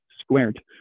squared